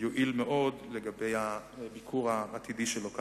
יועיל מאוד לביקור העתידי שלו כאן.